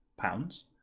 pounds